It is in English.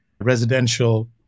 residential